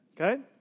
Okay